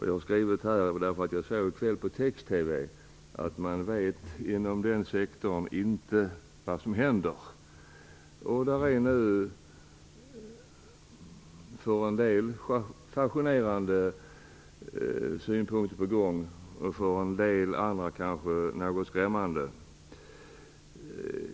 Jag såg i kväll på text-TV att man inom den sektorn inte vet vad som händer. Där är nu för en del fascinerande synpunkter på gång, och för en del andra kanske något skrämmande.